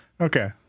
Okay